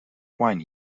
wine